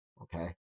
Okay